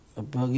apa